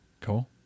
Cool